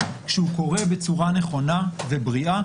כשהוא קורה בצורה נכונה ובריאה,